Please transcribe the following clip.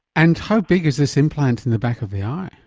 and how big is this implant in the back of the eye?